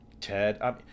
Ted